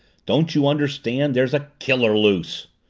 don't you understand? there's a killer loose!